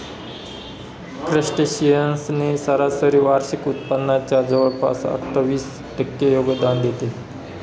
crustaceans ने सरासरी वार्षिक उत्पादनाच्या जवळपास अठ्ठावीस टक्के योगदान देते